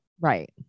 right